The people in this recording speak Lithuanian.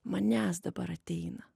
manęs dabar ateina